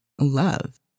love